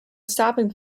stopping